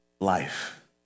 life